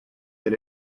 get